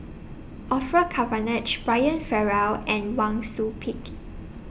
Orfeur Cavenagh Brian Farrell and Wang Sui Pick